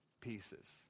pieces